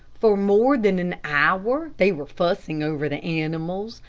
for more than an hour they were fussing over the animals.